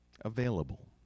available